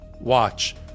watch